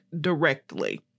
directly